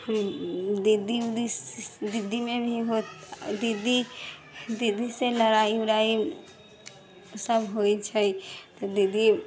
हम दीदी उदी दीदीमे भी हो दीदी दीदीसँ लड़ाइ उड़ाइ सब होइ छै तऽ दीदी